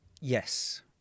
Yes